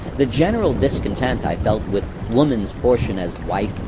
the general discontent i felt with woman's portion as wife,